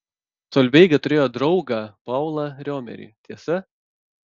solveiga turėjo draugą paulą riomerį tiesa